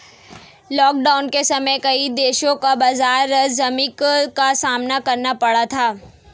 lockdown के समय कई देशों को बाजार जोखिम का सामना करना पड़ा था